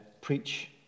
preach